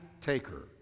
taker